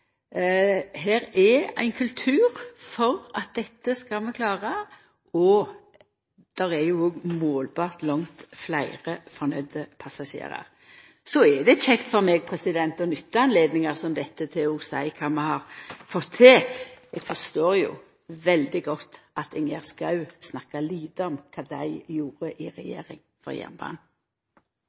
Her er det ein kultur for at dette skal vi klare, og det er òg – målbart – langt fleire fornøgde passasjerar. Så er det kjekt for meg å nytta høve som dette til å seia kva vi har fått til. Eg forstår jo veldig godt at Ingjerd Schou snakkar lite om kva dei gjorde for jernbanen då dei sat i regjering. Høyre skal for